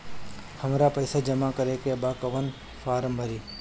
हमरा पइसा जमा करेके बा कवन फारम भरी?